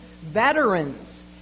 veterans